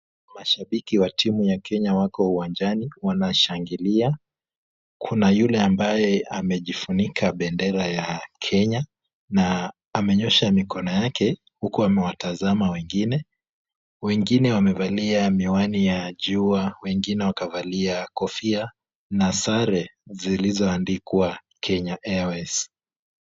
Mashabiki wa timu ya Kenya wako uwanjani wanashangilia. Kuna yule ambaye amejifunika bendera ya kenya na amenyosha mikono yake huku amewatazama wengine. Wengine wamevalia miwani ya jua, wengine wakavalia kofia na sare zilizoandikwa Kenya Airways.